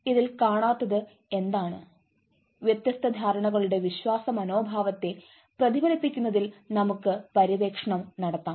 ഇതിൽ കാണാത്തത് എന്താണ് വ്യത്യസ്ത ധാരണകളുടെ വിശ്വാസ മനോഭാവത്തെ പ്രതിഫലിപ്പിക്കുന്നതിൽ നമുക്ക് പര്യവേഷണം നടത്താം